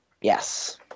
Yes